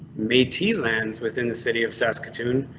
meaty lands within the city of saskatoon.